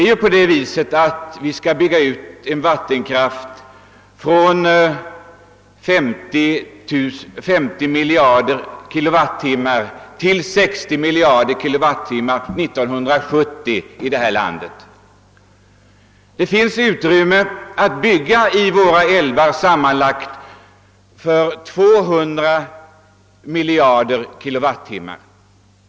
Vi skall bygga ut vattenkraften i vårt land från 50 miljarder kilowattimmar till 60 miljarder kilowattimmar år 1970. Våra älvar har utrymme för en utbyggnad som ger sammanlagt 200 mil Jarder kilowattimmar.